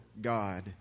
God